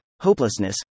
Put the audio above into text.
hopelessness